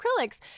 acrylics